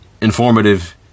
informative